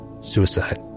suicide